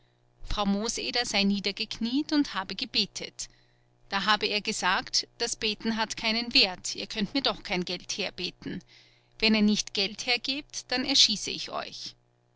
frau mooseder sei niedergekniet und habe gebetet da habe er gesagt das beten hat keinen wert ihr könnt mir doch kein geld herbeten wenn ihr nicht geld hergebt dann erschieße ich euch